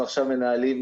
אנחנו עכשיו מנהלים,